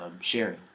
sharing